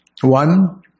One